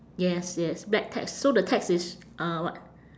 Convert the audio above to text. yes yes black text so the text is uh what